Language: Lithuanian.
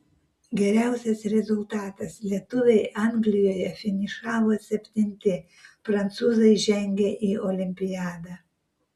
geriausias rezultatas lietuviai anglijoje finišavo septinti prancūzai žengė į olimpiadą